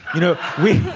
you know we